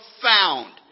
profound